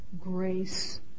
grace